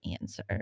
answer